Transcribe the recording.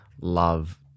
love